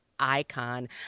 icon